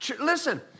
Listen